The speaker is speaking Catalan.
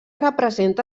representa